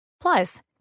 Plus